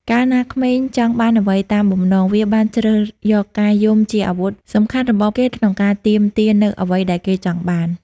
កាលណាក្មេងចង់បានអ្វីតាមបំណង វាបានជ្រើសយកការយំជាអាវុធសំខាន់របស់ គេក្នុងការទាមទារនូវអ្វីដែលគេចង់បាន។